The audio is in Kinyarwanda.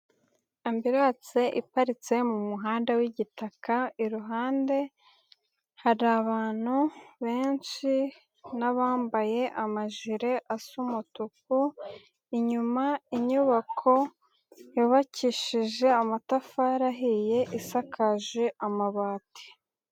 Ambiranse iparitse mu muhanda w'igitaka iruhande, hari abantu, benshi, n'abambaye amajire asa umutuku, inyuma inyubako, yubakishije amatafari ahiye isakaje amabati.